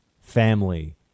family